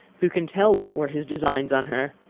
who can tell what were his designs on her.